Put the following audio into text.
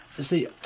See